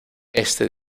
este